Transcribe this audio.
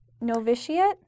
Novitiate